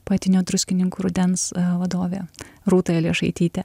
poetinio druskininkų rudens vadovė rūta elijošaitytė